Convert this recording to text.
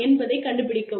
என்பதைக் கண்டுபிடிக்கவும்